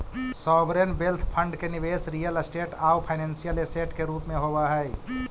sovereign wealth fund के निवेश real estate आउ फाइनेंशियल ऐसेट के रूप में होवऽ हई